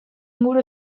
inguru